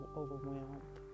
overwhelmed